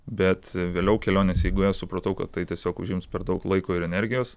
bet vėliau kelionės eigoje supratau kad tai tiesiog užims per daug laiko ir energijos